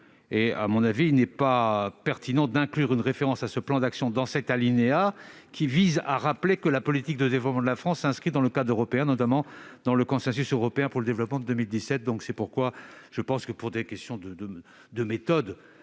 À mon avis, il n'est pas pertinent d'inclure une référence à ce plan d'action dans cet alinéa qui vise à rappeler que la politique de développement de la France s'inscrit dans le cadre européen, notamment dans le consensus européen pour le développement de 2017. Il y a un défaut de méthode